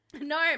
No